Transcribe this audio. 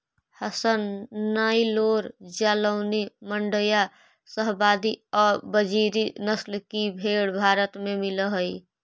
हसन, नैल्लोर, जालौनी, माण्ड्या, शाहवादी और बजीरी नस्ल की भेंड़ भारत में मिलअ हई